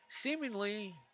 Seemingly